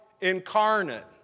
incarnate